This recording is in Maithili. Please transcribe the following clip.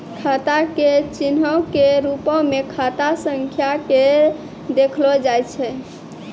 खाता के चिन्हो के रुपो मे खाता संख्या के देखलो जाय छै